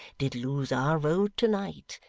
did lose our road to-night,